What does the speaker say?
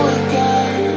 again